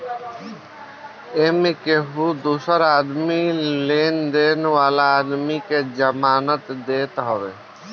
एमे केहू दूसर आदमी लोन लेवे वाला आदमी के जमानत देत हवे